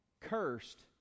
cursed